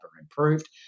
improved